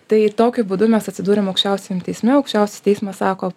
tai tokiu būdu mes atsidūrėm aukščiausiam teisme aukščiausias teismas sako